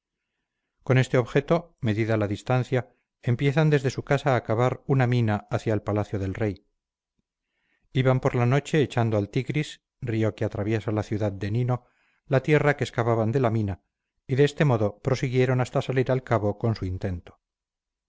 con este objeto medida la distancia empiezan desde su casa a cavar una mina hacia el palacio del rey iban por la noche echando al tigris río que atraviesa la ciudad de nino la tierra que excavaban de la mina y de este modo prosiguieron hasta salir al cabo con su intento